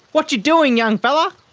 what ya doing young fella?